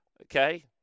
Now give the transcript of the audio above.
Okay